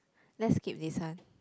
let's skip this one